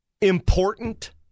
important